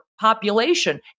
population